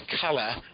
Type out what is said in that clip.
color